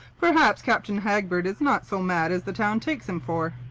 perhaps captain hagberd is not so mad as the town takes him for.